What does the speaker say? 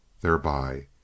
thereby